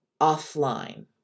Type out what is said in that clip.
offline